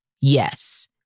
yes